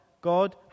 God